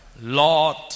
Lord